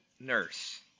Nurse